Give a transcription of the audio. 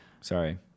Sorry